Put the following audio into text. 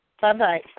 Bye-bye